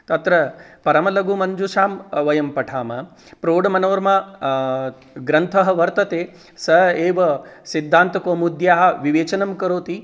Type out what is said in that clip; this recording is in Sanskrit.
तत्र परमलघुमञ्जुषां वयं पठामः प्रौढमनोरमा ग्रन्थः वर्तते स एव सिद्धान्तकौमुद्याः विवेचनं करोति